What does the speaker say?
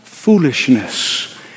Foolishness